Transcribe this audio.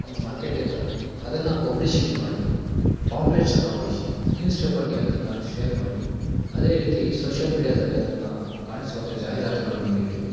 ಒಂದು ಮಾರ್ಕೆಟ್ಗೆ ತಂದು ಅದನ್ನು ಪಬ್ಲಿಶಿಟಿ ಮಾಡಿ ಪಾಂಪ್ಲೆಟ್ಸನ್ನು ಹೊಡಿಸಿ ನ್ಯೂಸ್ ಪೇಪರ್ಗೆ ಅದನ್ನು ಶೇರ್ ಮಾಡಿ ಅದೇ ರೀತಿ ಸೋಷ್ಯಲ್ ಮೀಡ್ಯಾದಲ್ಲಿ ಅದನ್ನು ಕಾಣಿಸುವಂತೆ ಜಾಹೀರಾತುಗಳನ್ನು ನೀಡಿ